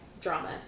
drama